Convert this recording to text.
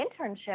internship